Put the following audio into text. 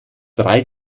drei